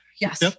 Yes